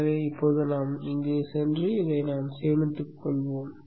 எனவே இப்போது நாம் இங்கு சென்று சேமித்து கொள்வோம்